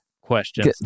questions